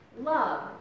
love